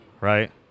right